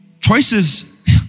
choices